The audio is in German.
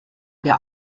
der